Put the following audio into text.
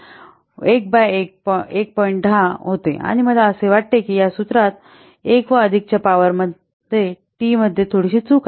10 होते आणि मला असे वाटते की या सूत्रात १ व अधिकच्या पॉवर टीमध्ये थोडीशी चूक आहे